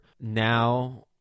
now